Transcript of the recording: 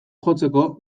jotzeko